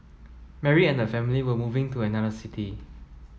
Mary and her family were moving to another city